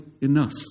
enough